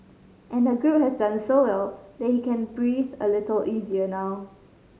and the group has done so well that he can breathe a little easier now